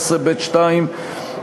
19(ב)(2),